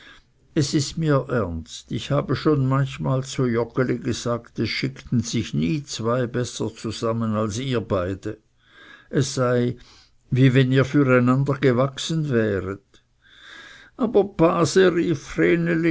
es ist mir ernst ich habe schon manchmal zu joggeli gesagt es schickten sich nie zwei besser zusammen als ihr beide es sei wie wenn ihr für einander gewachsen wäret aber base rief